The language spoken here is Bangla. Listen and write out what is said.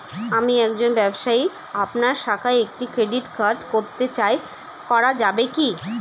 আমি একজন ব্যবসায়ী আপনার শাখায় একটি ক্রেডিট কার্ড করতে চাই করা যাবে কি?